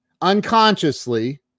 unconsciously